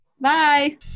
Bye